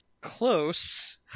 Close